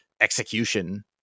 execution